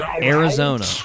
arizona